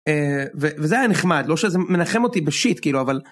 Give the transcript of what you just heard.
וזה היה נחמד לא שזה מנחם אותי בשיט כאילו אבל.